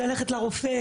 ללכת לרופא,